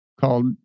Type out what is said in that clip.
called